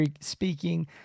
speaking